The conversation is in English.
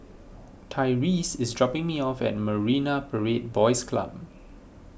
Tyreese is dropping me off at Marine Parade Boys Club